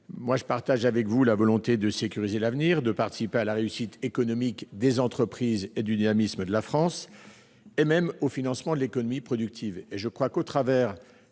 Je partage votre volonté de sécuriser l'avenir, de participer à la réussite économique des entreprises, au dynamisme de la France et même au financement de l'économie productive.